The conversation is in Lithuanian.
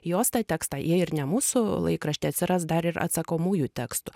į jos tą tekstą jei ir ne mūsų laikrašty atsiras dar ir atsakomųjų tekstų